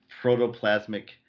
protoplasmic